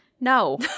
no